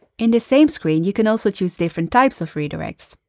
in this same screen, you can also choose different types of redirects.